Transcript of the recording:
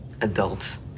Adults